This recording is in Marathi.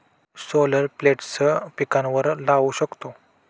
सोलर प्लेट्स पिकांवर लाऊ शकतो